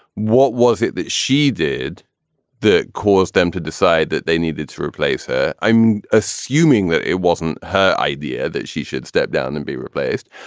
what was it that she did that caused them to decide that they needed to replace her? i'm assuming that it wasn't her idea that she should step down and be replaced.